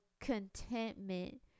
contentment